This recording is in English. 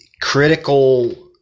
critical